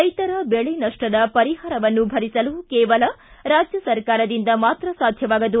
ರೈತರ ಬೆಳೆ ನಷ್ಟದ ಪರಿಹಾರವನ್ನು ಭರಿಸಲು ಕೇವಲ ರಾಜ್ಯ ಸರ್ಕಾರದಿಂದ ಮಾತ್ರ ಸಾಧ್ಯವಾಗದು